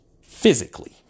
Physically